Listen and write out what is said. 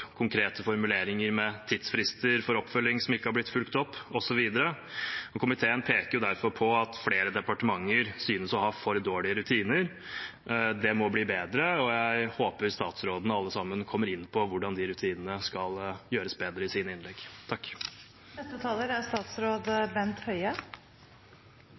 konkrete formuleringer med tidsfrister med oppfølging som ikke har blitt fulgt opp, osv. Komiteen peker derfor på at flere departementer synes å ha for dårlige rutiner. Det må bli bedre, og jeg håper statsråden og alle sammen i sine innlegg kommer inn på hvordan de rutinene skal gjøres bedre.